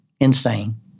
Insane